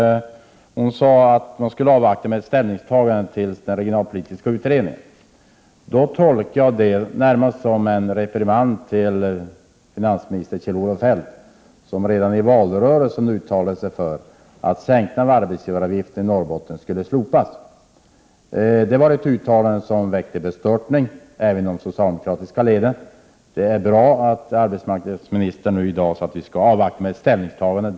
Ingela Thalén sade att man skulle avvakta med ett ställningstagande tills den regionalpolitiska utred ningen har slutfört sitt arbete. Detta tolkar jag som en reprimand till finansminister Kjell-Olof Feldt, som redan i valrörelsen uttalade sig för att sänkningen av arbetsgivaravgifterna i Norrbotten skulle slopas. Det var ett uttalande som väckte bestörtning även inom de socialdemokratiska leden. Det är bra att arbetsmarknadsministern i dag säger att vi skall avvakta med ett ställningstagande.